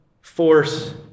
force